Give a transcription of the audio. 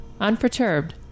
Unperturbed